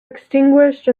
extinguished